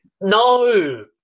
No